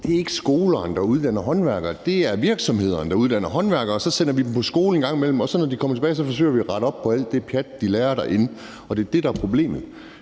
Det er ikke skolerne, der uddanner håndværkere. Det er virksomhederne, der uddanner håndværkere. Så sender vi dem på skole en gang imellem, og når de så kommer tilbage, forsøger man at rette op på alt det pjat, de lærer derinde, og det er det, der er problemet.